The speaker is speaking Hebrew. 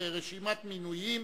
רשימות מנויים),